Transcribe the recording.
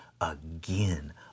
again